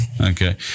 Okay